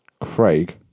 Craig